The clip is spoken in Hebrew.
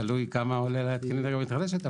תלוי כמה עולה להתקין אנרגיה מתחדשת,